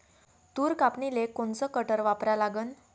तूर कापनीले कोनचं कटर वापरा लागन?